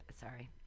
Sorry